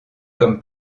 comme